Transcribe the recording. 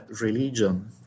religion